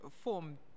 form